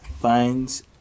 Finds